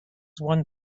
one